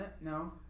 no